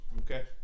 Okay